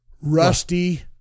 Rusty